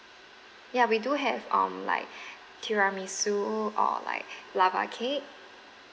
ya we do have um like tiramisu or like lava cake